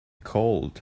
cold